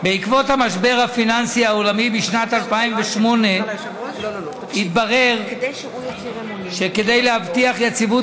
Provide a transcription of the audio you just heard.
בעקבות המשבר הפיננסי העולמי בשנת 2008 התברר שכדי להבטיח יציבות